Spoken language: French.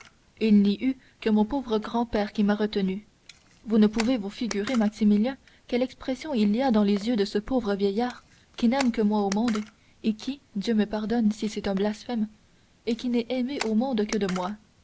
il n'y eut que mon pauvre grand-père qui m'a retenue vous ne pouvez vous figurer maximilien quelle expression il y a dans les yeux de ce pauvre vieillard qui n'aime que moi au monde et qui dieu me pardonne si c'est un blasphème et qui n'est aimé au monde que de moi